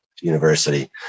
university